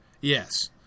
Yes